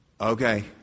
okay